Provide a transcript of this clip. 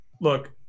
Look